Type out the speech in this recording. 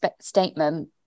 statement